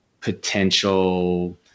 potential